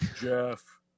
Jeff